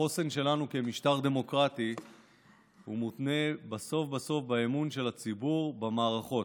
החוסן שלנו כמשטר דמוקרטי מותנה בסוף בסוף באמון של הציבור במערכות.